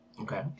Okay